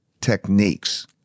techniques